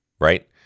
Right